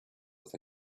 with